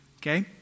Okay